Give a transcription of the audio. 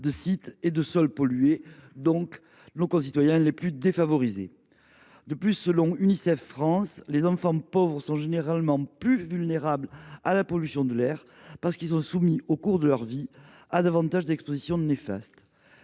de sites et de sols pollués. Il s’agit bien sûr de nos concitoyens les plus défavorisés. De plus, selon Unicef France, « les enfants pauvres sont généralement plus vulnérables à la pollution de l’air, parce qu’ils sont soumis au cours de leur vie à davantage d’expositions néfastes